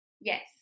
yes